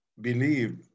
believe